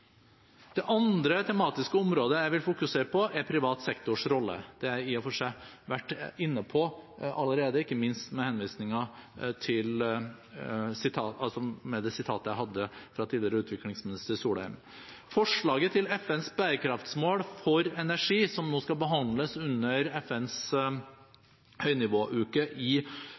Det andre tematiske området jeg vil fokusere på, er privat sektors rolle – det har jeg i og for seg vært inne på allerede, ikke minst med det sitatet jeg hadde fra tidligere utviklingsminister Solheim. Forslaget til FNs bærekraftsmål for energi, som skal behandles under FNs